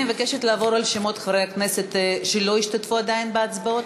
אני מבקשת לעבור על שמות חברי הכנסת שלא השתתפו עדיין בהצבעות.